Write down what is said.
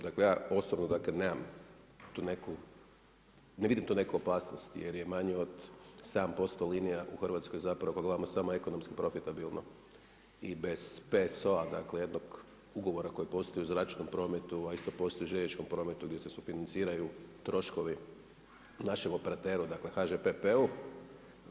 Dakle, ja osobno nemam tu neku, ne vidim tu neku opasnost, jer je manje od 7% linija u Hrvatskoj, zapravo, kad gledamo samo ekonomski profitabilno i bez soa, dakle, jednog ugovora u zračnom prometu, a isto postoji u željezničkom prometa gdje se sufinanciraju troškovi našem operateru, dakle, HŽPP-u.